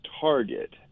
target